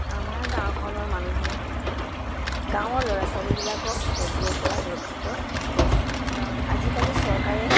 আমাৰ গাঁওখনৰ মানুহে গাঁৱৰ ল'ৰা ছোৱালীবিলাকক পলিঅ'ৰ পৰা সুৰক্ষিত কৰিছে কাৰণ আজিকালি চৰকাৰে